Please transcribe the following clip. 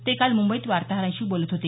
ते काल मुंबईत वार्ताहरांशी बोलत होते